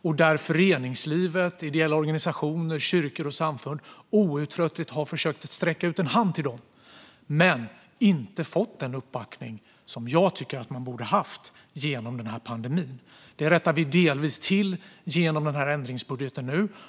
Där har föreningslivet, ideella organisationer, kyrkor och samfund outtröttligt försökt att sträcka ut en hand men inte fått den uppbackning som jag tycker att man borde ha fått genom pandemin. Detta rättar vi delvis till genom den här ändringsbudgeten.